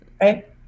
right